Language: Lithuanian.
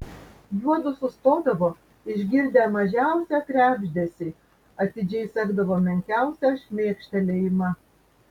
juodu sustodavo išgirdę mažiausią krebždesį atidžiai sekdavo menkiausią šmėkštelėjimą